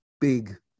big